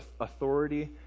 authority